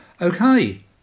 Okay